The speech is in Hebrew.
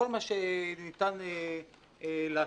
כל מה שניתן לעשות.